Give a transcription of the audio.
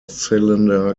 cylinder